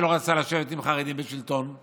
שלא רצתה לשבת עם החרדים בשלטון,